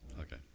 Okay